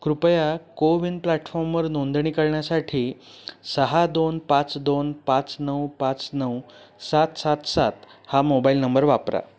कृपया को विन प्लॅटफॉमवर नोंदणी करण्यासाठी सहा दोन पाच दोन पाच नऊ पाच नऊ सात सात सात हा मोबाईल नंबर वापरा